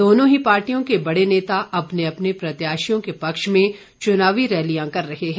दोनों ही पार्टियों के बड़े नेता अपने अपने प्रत्याशियों के पक्ष में चुनावी रैलियां कर रहे हैं